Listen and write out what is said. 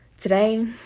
Today